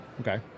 Okay